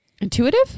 Intuitive